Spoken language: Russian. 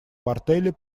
мартелли